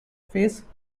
face